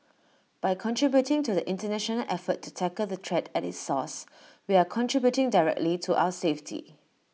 by contributing to the International effort to tackle the threat at its source we are contributing directly to our safety